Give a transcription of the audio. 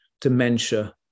dementia